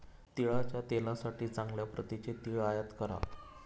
तिळाच्या तेलासाठी चांगल्या प्रतीचे तीळ आयात करा